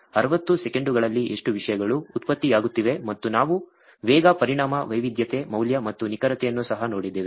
60 ಸೆಕೆಂಡುಗಳಲ್ಲಿ ಎಷ್ಟು ವಿಷಯಗಳು ಉತ್ಪತ್ತಿಯಾಗುತ್ತಿವೆ ಮತ್ತು ನಾವು ವೇಗ ಪರಿಮಾಣ ವೈವಿಧ್ಯತೆ ಮೌಲ್ಯ ಮತ್ತು ನಿಖರತೆಯನ್ನು ಸಹ ನೋಡಿದ್ದೇವೆ